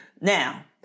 Now